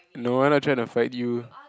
no I'm not trying to fight you